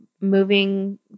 moving